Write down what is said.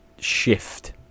shift